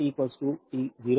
तो यह t t0 t